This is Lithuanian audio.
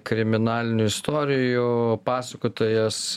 kriminalinių istorijų pasakotojas